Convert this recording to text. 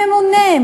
מי הממונה?